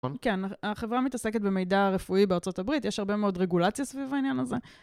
כן, החברה מתעסקת במידע הרפואי בארה״ב, יש הרבה מאוד רגולציה סביב העניין הזה.